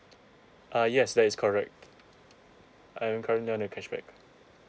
uh yes that is correct I'm currently on a cashback